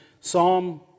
Psalm